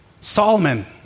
Solomon